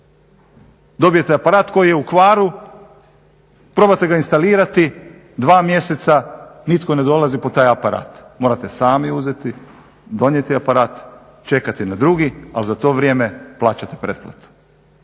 Dobijete aparat koji je u kvaru, probate ga instalirati dva mjeseca nitko ne dolazi po taj aparat, morate sami uzeti, donijeti aparat, čekati na drugi ali za to vrijeme plaćate pretplatu.